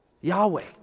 Yahweh